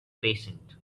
patient